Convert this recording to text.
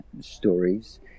stories